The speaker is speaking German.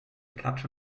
klatsch